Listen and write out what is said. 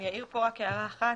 אני אעיר כאן הערה אחת.